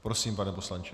Prosím, pane poslanče.